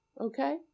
Okay